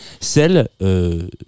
celle